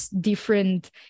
different